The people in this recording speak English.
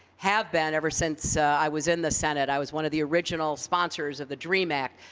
have been ever since so i was in the senate. i was one of the original sponsors of the dream act.